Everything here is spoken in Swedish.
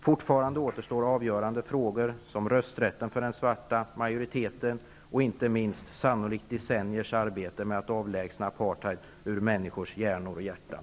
Fortfarande återstår avgörande frågor som rösträtten för den svarta majoriteten och, inte minst, sannolikt decenniers arbete med att avlägsna apartheid ur människors hjärnor och hjärtan.